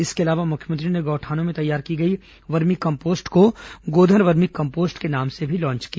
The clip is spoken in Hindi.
इसके अलावा मुख्यमंत्री ने गौठानों में तैयार की गई वर्मी कम्पोस्ट को गोधन वर्मी कम्पोस्ट के नाम से भी लॉन्च किया